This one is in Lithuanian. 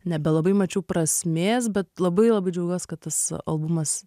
nebelabai mačiau prasmės bet labai labai džiaugiuos kad tas albumas